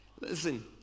Listen